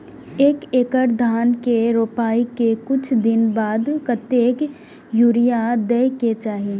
एक एकड़ धान के रोपाई के कुछ दिन बाद कतेक यूरिया दे के चाही?